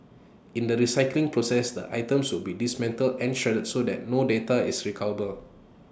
in the recycling process the items will be dismantled and shredded so that no data is recoverable